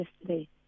yesterday